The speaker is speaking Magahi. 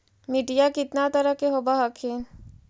मिट्टीया कितना तरह के होब हखिन?